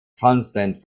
constant